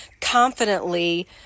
confidently